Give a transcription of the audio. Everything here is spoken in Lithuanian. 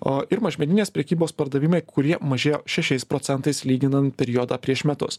o ir mažmeninės prekybos pardavimai kurie mažėjo šešiais procentais lyginant periodą prieš metus